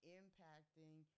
impacting